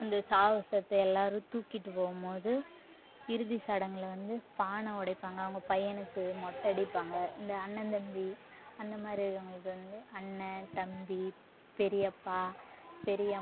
அந்த சாவு செத்த எல்லாரும் தூக்கிட்டு போகும்மோது இறுதி சடங்கில் வந்து பானை உடைப்பாங்க அவங்க பையனுக்கு மொட்டை அடிப்பாங்க இந்த அண்ணந்தம்பி அந்த மாதிரி இருக்கிறவங்களுக்கு வந்து அண்ணன் தம்பி பெரியப்பா பெரியம்மா